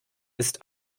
ist